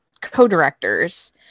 co-directors